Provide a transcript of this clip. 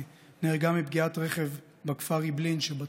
נהרגה מפגיעת רכב בכפר אעבלין שבצפון.